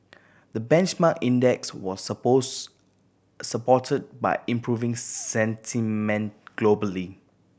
the benchmark index was suppose supported by improving sentiment globally